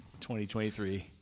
2023